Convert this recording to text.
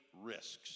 risks